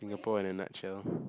Singapore in a nutshell